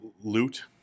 loot